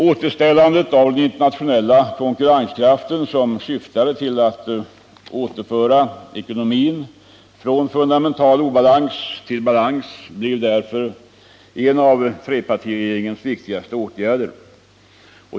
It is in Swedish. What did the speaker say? Återställandet av den internationella konkurrenskraften, som syftade till att återföra ekonomin från fundamental obalans till balans, blev därför en av trepartiregeringens viktigaste åtgärder.